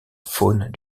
faune